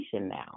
now